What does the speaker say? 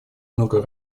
много